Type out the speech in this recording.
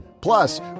Plus